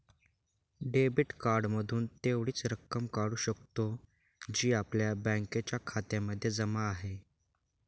debit card मधून तेवढीच रक्कम काढू शकतो, जी आपल्या बँकेच्या खात्यामध्ये जमा आहे